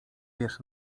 wiesz